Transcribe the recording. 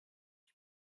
ich